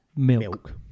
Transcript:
Milk